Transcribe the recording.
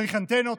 צריך אנטנות,